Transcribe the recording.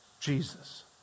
Jesus